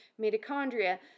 mitochondria